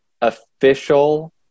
official